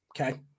Okay